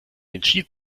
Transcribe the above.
entschied